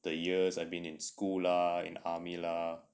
the years I've been in school lah in army lah